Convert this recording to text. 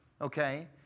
okay